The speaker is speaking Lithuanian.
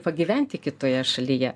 pagyventi kitoje šalyje